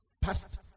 past